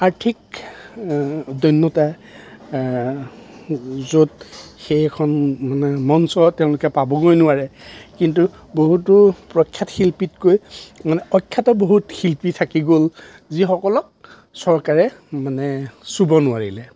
আৰ্থিক দৈন্যতা য'ত সেই এখন মানে মঞ্চত তেওঁলোকে পাবগৈ নোৱাৰে কিন্তু বহুতো প্ৰখ্যাত শিল্পীতকৈ মানে অখ্যাত বহুত শিল্পী থাকি গ'ল যিসকলক চৰকাৰে মানে চুব নোৱাৰিলে